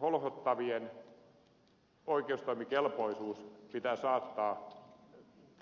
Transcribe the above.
holhottavien oikeustoimikelpoisuus pitää saattaa